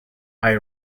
eye